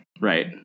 right